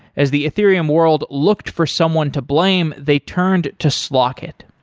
as the ethereum world looked for someone to blame, they turned to slock it.